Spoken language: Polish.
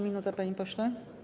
Minuta, panie pośle.